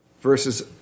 Verses